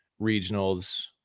regionals